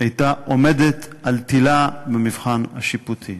הייתה עומדת על תלה במבחן השיפוטי.